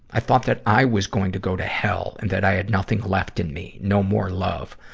i thought that i was going to go to hell and that i had nothing left in me. no more love.